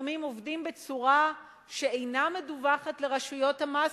לפעמים עובדים בצורה שאינה מדווחת לרשויות המס,